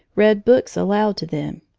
read books aloud to them,